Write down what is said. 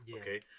Okay